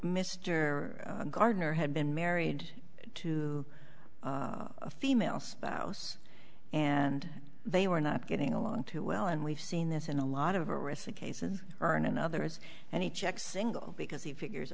mr gardner had been married to a female spouse and they were not getting along too well and we've seen this in a lot of cases earn in others and he checks single because he figures